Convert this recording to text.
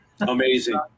Amazing